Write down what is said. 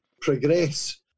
progress